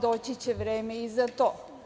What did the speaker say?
Doći će vreme i za to.